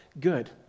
good